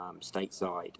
stateside